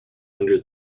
under